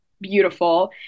beautiful